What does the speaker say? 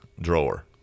drawer